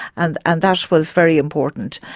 and and that was very important.